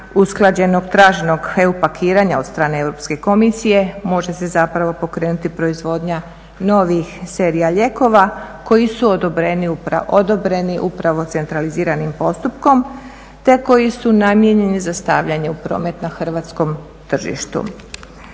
usklađenog, traženog EU pakiranja od strane Europske komisije, može se zapravo pokrenuti proizvodnja novih serija lijekova koji su odobreni upravo centraliziranim postupkom te koji su namijenjeni za stavljanje u promet na hrvatskom tržištu.